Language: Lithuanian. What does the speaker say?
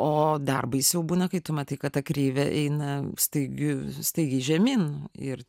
o dar baisiau būna kai tu matai kad ta kreivė eina staigiu staigiai žemyn ir